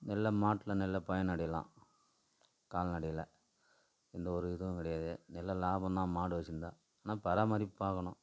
நல்ல மாட்டில் நல்ல பயனடையலாம் கால்நடையில் எந்த ஒரு இதுவும் கிடையாது நல்ல லாபம் தான் மாடு வச்சுருந்தா ஆனால் பராமரிப்பு பார்க்கணும்